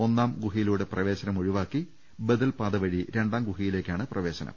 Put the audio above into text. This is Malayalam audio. ഒന്നാം ഗുഹയിലൂടെ പ്രവേശനം ഒഴിവാക്കി ബദൽ പാത വഴി രണ്ടാം ഗുഹ യിലേക്കാണ് പ്രവേശനം